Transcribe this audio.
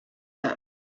them